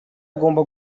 agomba